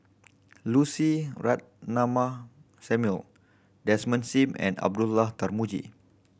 Lucy Ratnammah Samuel Desmond Sim and Abdullah Tarmugi